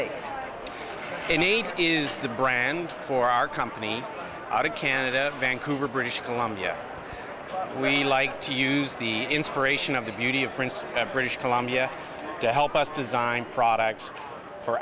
they need is the brand for our company out of canada vancouver british columbia we like to use the inspiration of the beauty of princeton and british columbia to help us design products for